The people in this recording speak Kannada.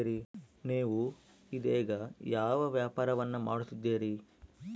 ನೇವು ಇದೇಗ ಯಾವ ವ್ಯಾಪಾರವನ್ನು ಮಾಡುತ್ತಿದ್ದೇರಿ?